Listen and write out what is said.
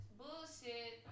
bullshit